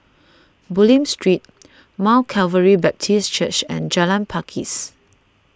Bulim Street Mount Calvary Baptist Church and Jalan Pakis